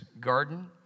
garden